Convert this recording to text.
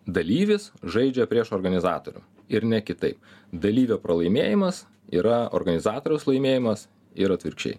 dalyvis žaidžia prieš organizatorių ir ne kitaip dalyvio pralaimėjimas yra organizatoriaus laimėjimas ir atvirkščiai